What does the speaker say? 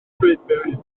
llwybr